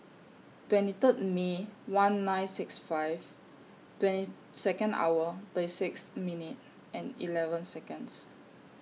twenty Third May one nine six five twenty Second hour thirty six minute and eleven Seconds